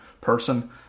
person